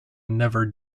never